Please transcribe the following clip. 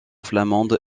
flamande